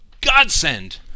godsend